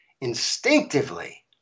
instinctively